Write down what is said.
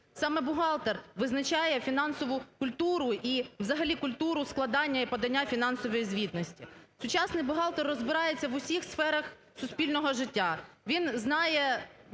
саме бухгалтер визначає фінансову культуру і взагалі культуру складання, і подання фінансової звітності. Сучасний бухгалтер розбирається в усіх сферах суспільного життя, він знає